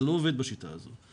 זה לא עובד בשיטה הזאת.